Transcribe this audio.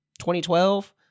2012